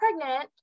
pregnant